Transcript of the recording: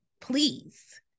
please